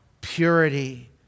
purity